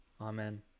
Amen